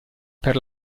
per